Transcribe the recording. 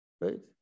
right